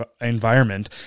environment